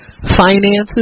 finances